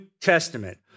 Testament